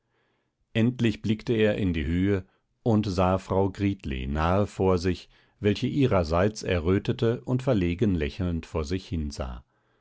endlich blickte er in die höhe und sah frau gritli nahe vor sich welche ihrerseits errötete und verlegen lächelnd vor sich hinsah